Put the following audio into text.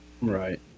Right